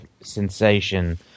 sensation